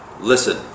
listen